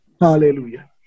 Hallelujah